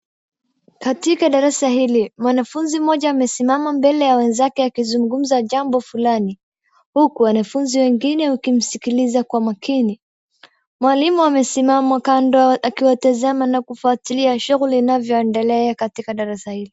Katika darasa hili mwanafunzi mmoja amesimama mbele ya wenzake akizungumza jambo fulani huku wanafunzi wengine wakimsikiliza kwa makini. Mwalimu amesimama kando akiwatazama na kufuatilia shughuli inavyoendelea katika darasa hili